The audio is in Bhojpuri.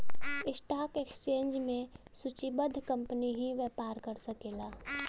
स्टॉक एक्सचेंज में सूचीबद्ध कंपनी ही व्यापार कर सकला